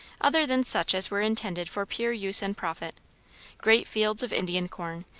other than such as were intended for pure use and profit great fields of indian corn,